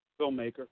filmmaker